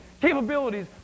capabilities